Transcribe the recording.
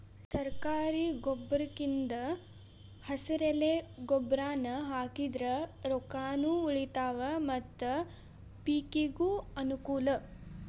ಸರ್ಕಾರಿ ಗೊಬ್ರಕಿಂದ ಹೆಸರೆಲೆ ಗೊಬ್ರಾನಾ ಹಾಕಿದ್ರ ರೊಕ್ಕಾನು ಉಳಿತಾವ ಮತ್ತ ಪಿಕಿಗೂ ಅನ್ನಕೂಲ